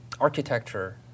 architecture